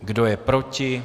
Kdo je proti?